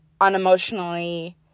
unemotionally